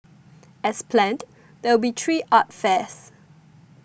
as planned there will be three art fairs